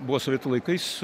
buvo sovietų laikais